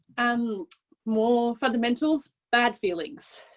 um more fundamentals bad feelings.